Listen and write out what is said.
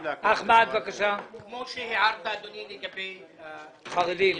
כמו שהערת אדוני לגבי החרדים,